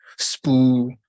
Spoo